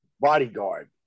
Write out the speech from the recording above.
bodyguard